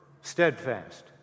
steadfast